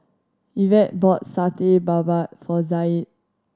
Yvette bought Satay Babat for Zaid